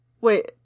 wait